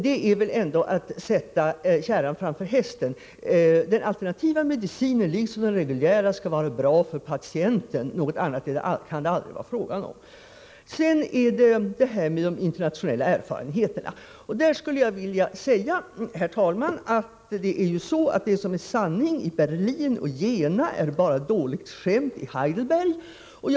Det är väl att sätta kärran framför hästen. Den alternativa medicinen skall liksom den reguljära vara bra för patienten, något annat kan det aldrig vara fråga om. När det gäller de internationella erfarenheterna är det ju så, herr talman, att det som är sanning i Berlin och Jena bara är dåligt skämt i Heidelberg.